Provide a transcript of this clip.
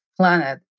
planet